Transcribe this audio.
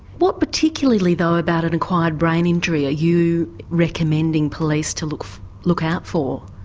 what particularly though about an acquired brain injury are you recommending police to look look out for?